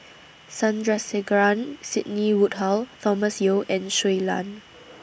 Sandrasegaran Sidney Woodhull Thomas Yeo and Shui Lan